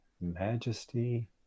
majesty